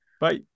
bye